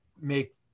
make